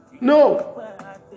No